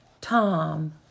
Tom